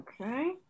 Okay